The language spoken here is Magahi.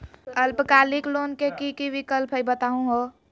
अल्पकालिक लोन के कि कि विक्लप हई बताहु हो?